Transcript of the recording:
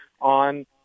on